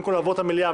במקום לעבור למליאה,